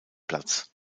platz